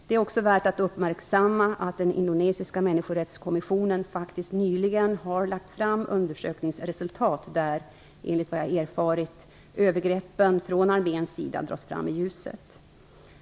Det är också värt att uppmärksamma att den indonesiska människorättskommissionen faktiskt nyligen har lagt fram undersökningsresultat där, enligt vad jag erfarit, övergreppen från arméns sida dras fram i ljuset.